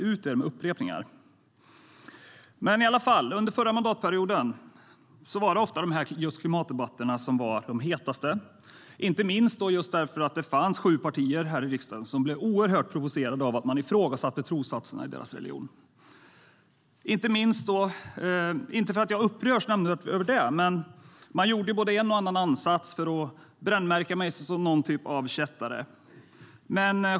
Under den förra mandatperioden var det ofta just klimatdebatterna som var de hetaste, inte minst för att det fanns sju partier i riksdagen som blev oerhört provocerade av att man ifrågasatte trossatserna i deras religion. Inte för att jag upprördes nämnvärt över det, men man gjorde en och annan ansats att brännmärka mig som någon typ av kättare.